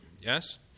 yes